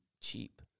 cheap